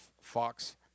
Fox